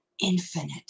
infinite